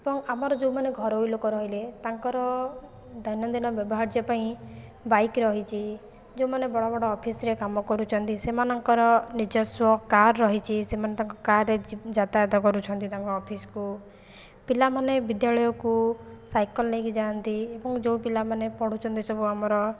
ଏବଂ ଆମର ଯେଉଁମାନେ ଘରୋଇ ଲୋକ ରହିଲେ ତାଙ୍କର ଦୈନଦିନ ବ୍ୟବହାର୍ଯ୍ୟ ପାଇଁ ବାଇକ୍ ରହିଛି ଯେଉଁମାନେ ବଡ଼ ବଡ଼ ଅଫିସ୍ରେ କାମ କରୁଛନ୍ତି ସେମାନଙ୍କର ନିଜସ୍ଵ କାର୍ ରହିଛି ସେମାନେ ତାଙ୍କ କାର୍ ରେ ଯାତାୟାତ କରୁଛନ୍ତି ତାଙ୍କ ଅଫିସ୍କୁ ପିଲାମାନେ ବିଦ୍ୟାଳୟକୁ ସାଇକଲ ନେଇକଇ ଯାଆନ୍ତି ଏବଂ ଯେଉଁ ପିଲାମାନେ ପଢ଼ୁଛନ୍ତି ସବୁ ଆମର